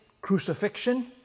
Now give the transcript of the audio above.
crucifixion